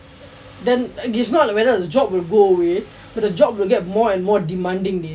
then it's not whether the job will go away but the job will get more and more demanding dey